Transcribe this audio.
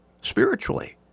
spiritually